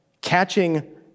catching